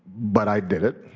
but i did it.